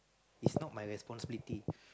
it's not my responsibility